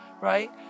right